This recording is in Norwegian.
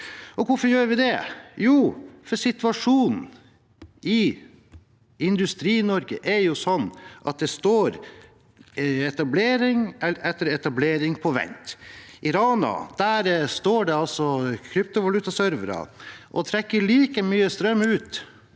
Hvorfor gjør vi det? Jo, fordi situasjonen i Industri-Norge er slik at det står etablering etter etablering på vent. I Rana står det kryptovalutaservere og trekker like mye strøm ut